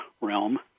realm